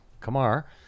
Kamar